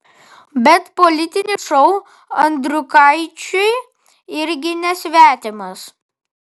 bet politinis šou andriukaičiui irgi nesvetimas